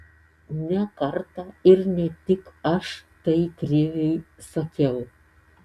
ne kartą ir ne tik aš tai kriviui sakiau